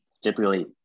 Typically